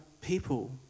people